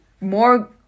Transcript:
more